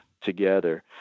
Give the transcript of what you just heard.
together